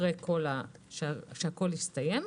כשהכול יסתיים,